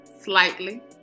Slightly